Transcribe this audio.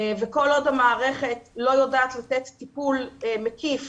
וכל עוד המערכת לא יודעת לתת טיפול מקיף